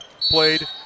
played